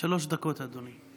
שלוש דקות, אדוני.